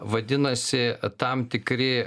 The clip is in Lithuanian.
vadinasi tam tikri